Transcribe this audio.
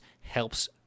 helps